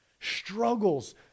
struggles